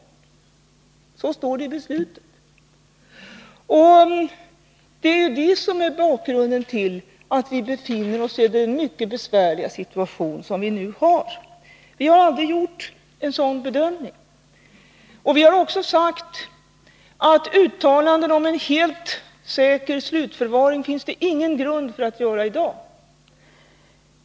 Så står det i beslutet. Detta är bakgrunden till att vi befinner oss i den mycket besvärliga situation som vi nu hamnat i. Vi har aldrig gjort en sådan bedömning. Vi har sagt att det inte finns någon grund för att i dag göra uttalanden om en helt säker slutförvaring.